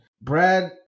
Brad